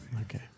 okay